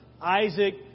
Isaac